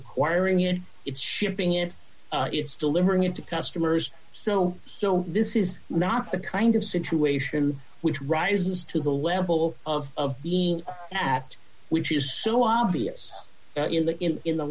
acquiring it it's shipping it it's delivering it to customers so so this is not the kind of situation which rises to the level of being asked which is so obvious in the in the